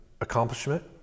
accomplishment